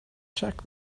check